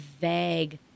vague